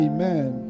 Amen